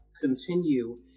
continue